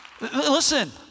Listen